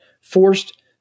forced